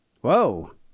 whoa